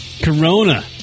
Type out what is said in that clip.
Corona